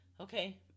okay